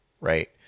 right